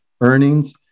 earnings